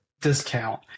discount